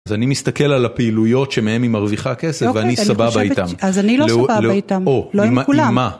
אז אני מסתכל על הפעילויות שמהם היא מרוויחה כסף ואני סבבה איתם. אז אני לא סבבה איתם, לא עם כולם.